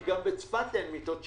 כי גם בצפת אין מיטות שיקום.